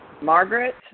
Margaret